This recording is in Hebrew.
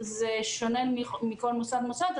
יש שוני בין מוסד למוסד.